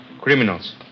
Criminals